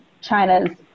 China's